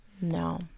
No